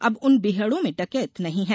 अब उन बीहड़ों में डकैत नहीं हैं